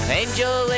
angel